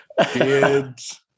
Kids